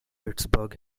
pittsburgh